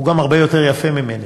הוא גם הרבה יותר יפה ממני,